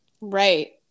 right